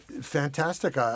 fantastic